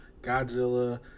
Godzilla